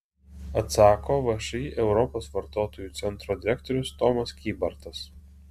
atsako všį europos vartotojų centro direktorius tomas kybartas